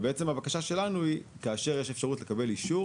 והבקשה שלנו היא: כאשר יש אפשרות לקבל אישור,